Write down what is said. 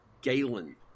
Galen